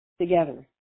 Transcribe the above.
together